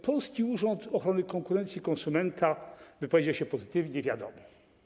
Polski Urząd Ochrony Konkurencji i Konsumentów wypowiedział się pozytywnie - wiadomo.